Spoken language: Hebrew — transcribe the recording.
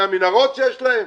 מהמנהרות שיש להם?